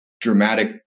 dramatic